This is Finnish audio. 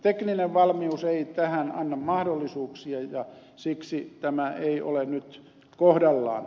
tekninen valmius ei tähän anna mahdollisuuksia ja siksi tämä ei ole nyt kohdallaan